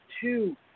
two